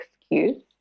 excuse